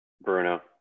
Bruno